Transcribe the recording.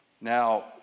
Now